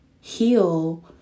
heal